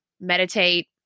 meditate